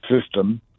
system